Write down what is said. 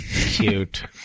Cute